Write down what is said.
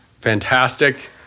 fantastic